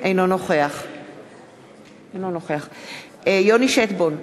אינו נוכח יוני שטבון,